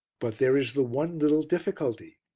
but there is the one little difficulty.